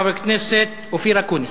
חבר הכנסת אופיר אקוניס.